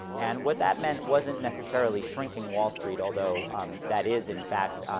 and what that meant wasn't necessarily shrinking wall street, although um that is, in fact,